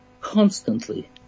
constantly